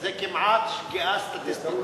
זה כמעט שגיאה סטטיסטית.